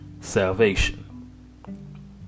salvation